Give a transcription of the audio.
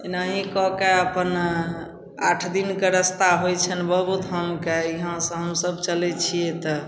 एनाहि कऽके अपन आठ दिनके रस्ता होइ छनि बाबोधामके इहाँसँ हमसभ चलै छिए तऽ